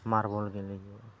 marble गेलेयोमोन